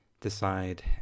decide